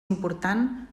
important